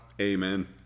amen